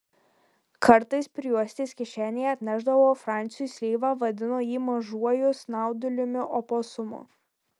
kartais prijuostės kišenėje atnešdavo fransiui slyvą vadino jį mažuoju snaudaliumi oposumu